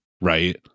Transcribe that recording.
right